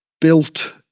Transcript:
built